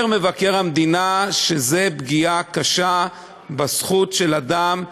אומר מבקר המדינה שזו פגיעה קשה בזכות של אדם להיבחר,